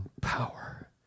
power